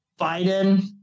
Biden